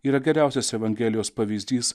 yra geriausias evangelijos pavyzdys